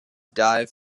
dive